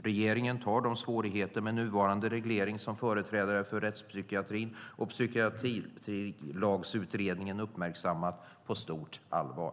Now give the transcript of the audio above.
Regeringen tar de svårigheter med nuvarande reglering som företrädare för rättspsykiatrin och Psykiatrilagsutredningen uppmärksammat på stort allvar.